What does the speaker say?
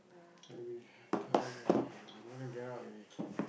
I wish !aiya! I'm gonna get out already